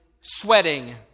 sweating